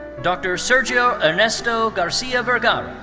dr. sergio ernesto garcia-vergara.